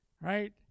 right